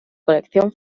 colección